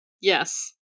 Yes